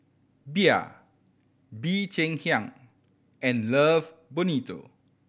Bia Bee Cheng Hiang and Love Bonito